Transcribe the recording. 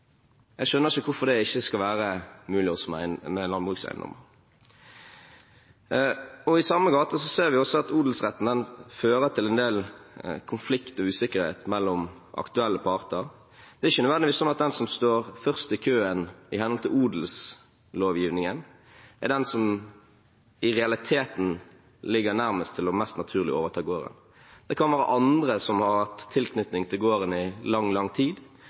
Jeg skjønner ikke hvorfor ikke det skal være mulig også med landbrukseiendommer. I samme gate ser vi at odelsretten fører til en del konflikter og usikkerhet mellom aktuelle parter. Det er ikke nødvendigvis slik at den som står først i køen i henhold til odelslovgivningen, er den som i realiteten ligger nærmest til – mest naturlig – å overta gården. Det kan være andre som har hatt tilknytning til gården i lang, lang tid,